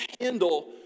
handle